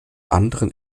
anderen